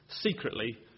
Secretly